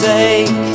Take